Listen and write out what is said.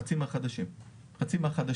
חצי מהחדשים שייובאו.